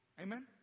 Amen